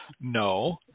No